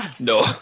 no